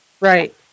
Right